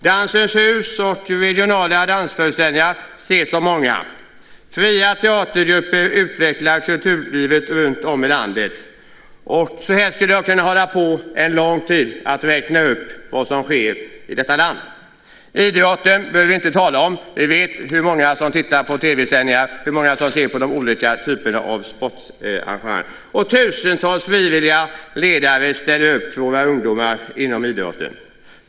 Dansens Hus och regionala dansföreställningar ses av många. Fria teatergrupper utvecklar kulturlivet runtom i landet. Jag skulle kunna fortsätta länge att räkna upp vad som sker i detta land. Idrotten behöver vi inte tala om. Vi vet hur många som tittar på TV-sändningar och tittar på sportarrangemang i andra sammanhang. Och tusentals frivilliga ledare ställer upp för våra ungdomar inom idrotten.